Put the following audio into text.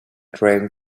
train